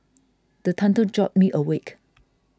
the thunder jolt me awake